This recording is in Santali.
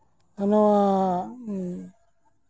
ᱚᱱᱟ